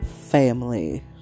family